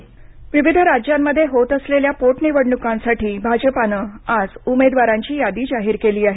पोटनिवडणका विविध राज्यांमध्ये होत असलेल्या पोटनिवडणूकांसाठी भाजपानं आज उमेदवारांची यादी जाहीर केली आहे